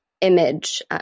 image